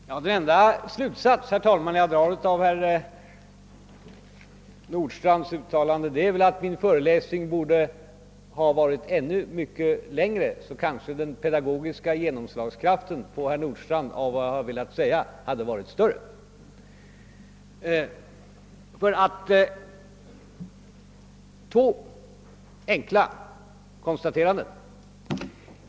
Herr talman! Den enda slutsats jag kan dra av herr Nordstrandhs uttalande är att min föreläsning borde varit ännu längre; då kanske dess pedagogiska genomslagskraft hade varit större så att herr Nordstrandh hade förstått vad jag ville säga. Låt mig göra några få enkla konstateranden.